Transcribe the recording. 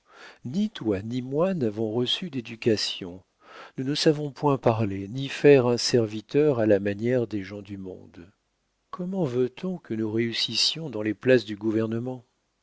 ni toi ni moi nous n'avons reçu d'éducation nous ne savons point parler ni faire un serviteur à la manière des gens du monde comment veut-on que nous réussissions dans les places du gouvernement